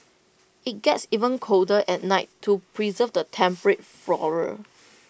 IT gets even colder at night to preserve the temperate flora